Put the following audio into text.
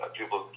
people